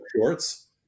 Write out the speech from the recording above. Shorts